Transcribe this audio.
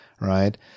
Right